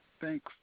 Thanks